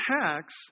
tax